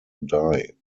die